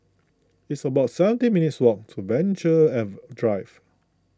it's about seventeen minutes' walk to Venture if Drive